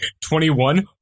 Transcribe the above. Twenty-one